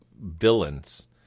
villains